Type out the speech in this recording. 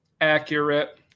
Accurate